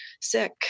sick